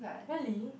really